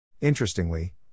Interestingly